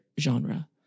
genre